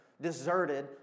deserted